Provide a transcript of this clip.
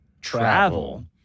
travel